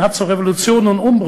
גם אתו אנחנו דנים על שינוי האקלים,